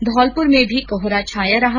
धौलपुर में भी कोहरा छाया रहा